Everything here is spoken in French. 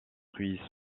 fruits